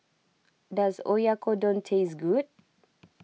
does Oyakodon taste good